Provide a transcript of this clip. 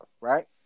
right